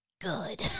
good